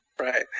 Right